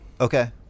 Okay